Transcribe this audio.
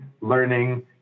learning